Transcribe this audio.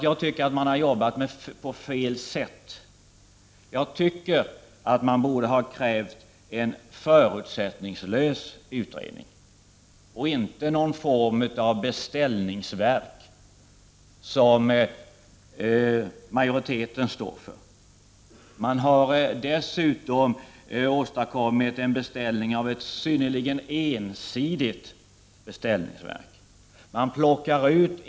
Jag tycker att man har arbetat på fel sätt. Man borde ha krävt en förutsättningslös utredning, och inte någon form av beställningsverk som majoriteten står för. Man har dessutom åstadkommit en beställning av ett synnerligen ensidigt beställningsverk.